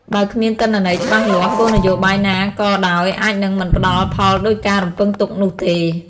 បើគ្មានទិន្នន័យច្បាស់លាស់ គោលនយោបាយណាក៏ដោយអាចនឹងមិនផ្តល់ផលដូចការរំពឹងទុកនោះទេ។